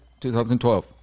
2012